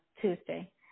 Tuesday